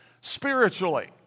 spiritually